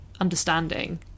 understanding